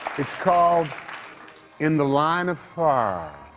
it's called in the line of fur.